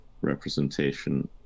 representation